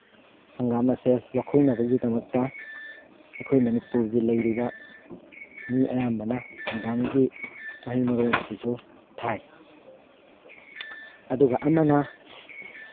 ꯍꯪꯒꯥꯝ ꯑꯁꯦ ꯂꯣꯛꯍꯧꯅꯕꯒꯤꯗꯃꯛꯇ ꯑꯩꯈꯣꯏ ꯃꯅꯤꯄꯨꯔꯒꯤ ꯂꯩꯔꯤꯕ ꯃꯤ ꯑꯌꯥꯝꯕꯅ ꯍꯪꯒꯥꯝꯒꯤ ꯃꯍꯩ ꯃꯔꯣꯡ ꯑꯁꯤꯁꯨ ꯊꯥꯏ ꯑꯗꯨꯒ ꯑꯃꯅ